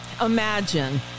Imagine